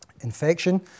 Infection